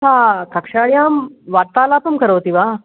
सा कक्ष्यायां वार्तालापं करोति वा